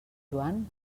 joan